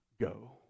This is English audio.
go